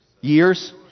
Years